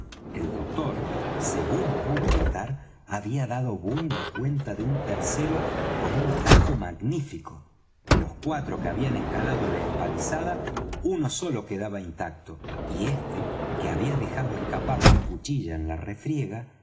el doctor según pude notar había dado buena cuenta de un tercero con un tajo magnífico de los cuatro que habían escalado la empalizada uno solo quedaba intacto y este que había dejado escapar su cuchilla en la refriega